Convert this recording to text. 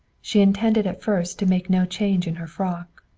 she intended at first to make no change in her frock.